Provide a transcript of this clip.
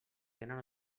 tenen